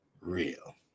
real